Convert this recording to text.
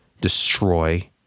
destroy